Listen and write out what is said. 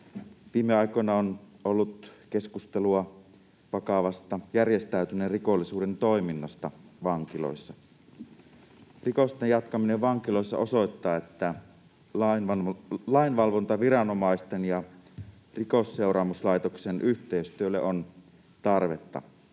Viime aikoina on ollut keskustelua vakavasta järjestäytyneen rikollisuuden toiminnasta vankiloissa. Rikosten jatkaminen vankiloissa osoittaa, että lainvalvontaviranomaisten ja Rikosseuraamuslaitoksen yhteistyölle on tarvetta.